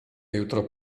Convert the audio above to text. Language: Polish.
jutro